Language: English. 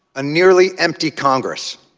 a nearly empty congress.